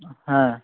হ্যাঁ